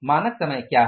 मानक समय क्या है